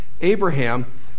Abraham